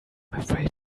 afraid